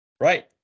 Right